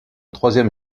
troisième